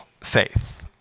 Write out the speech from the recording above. faith